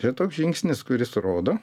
čia toks žingsnis kuris rodo